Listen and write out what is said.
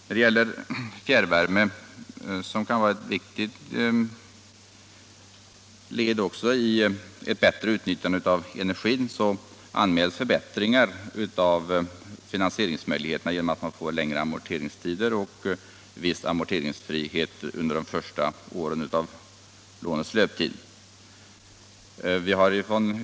När det gäller fjärrvärmen, som kan vara ett viktigt led i ett bättre utnyttjande av energin, anmäls förbättringar av finansieringsmöjligheterna genom längre amorteringstider och viss amorteringsfrihet under de första åren av lånets löptid.